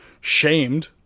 shamed